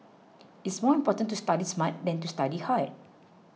it is more important to study smart than to study hard